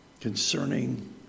Concerning